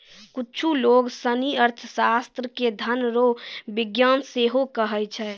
कुच्छु लोग सनी अर्थशास्त्र के धन रो विज्ञान सेहो कहै छै